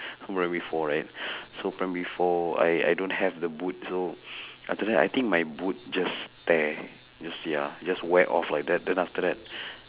so primary four right so primary four I I don't have the boot so after that I think my boot just tear just ya just wear off like that then after that